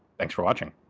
thanks for watching.